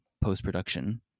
post-production